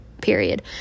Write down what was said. period